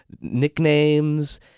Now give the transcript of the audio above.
nicknames